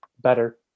Better